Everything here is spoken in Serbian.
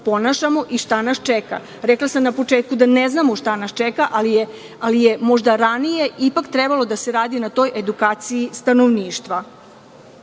ponašamo i šta nas čeka. Rekla sam na početku da ne znamo šta nas čega, ali je možda ranije ipak trebalo da se radi na toj edukaciji stanovništva. Pitam